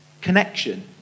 connection